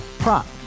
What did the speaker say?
Prop